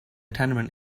tenement